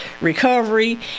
recovery